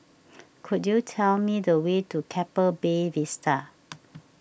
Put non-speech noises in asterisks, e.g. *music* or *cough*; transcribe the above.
*noise* could you tell me the way to Keppel Bay Vista